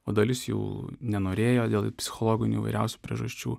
o dalis jų nenorėjo dėl psichologinių įvairiausių priežasčių